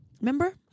Remember